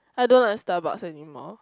I don't like Starbucks anymore